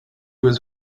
was